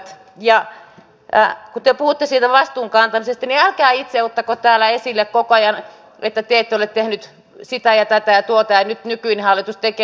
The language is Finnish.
kun te puhutte siitä vastuun kantamisesta niin älkää itse ottako täällä esille koko ajan että te ette ole tehneet sitä ja tätä ja tuota ja nyt nykyinen hallitus tekee